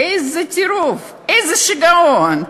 איזה טירוף, איזה שיגעון.